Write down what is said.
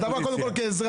אלי, אתה בא קודם כל כאזרח.